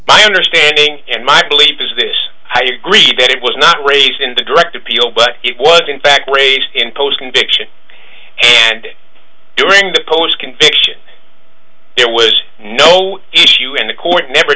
my understanding and my belief is this i agree that it was not raised in a direct appeal but it was in fact raised in post conviction and during the course conviction there was no issue in the court never